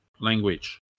language